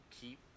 keep